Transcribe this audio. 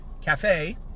cafe